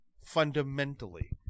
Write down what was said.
Fundamentally